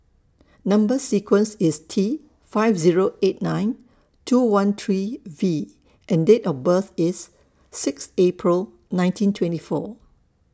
Number sequence IS T five Zero eight nine two one three V and Date of birth IS six April nineteen twenty four